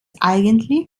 eigentlich